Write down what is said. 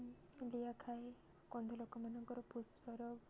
ଲିଆ ଖାଏ କନ୍ଧ ଲୋକମାନଙ୍କର ପୁଷ୍ପାର